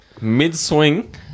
Mid-swing